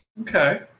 Okay